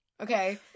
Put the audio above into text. Okay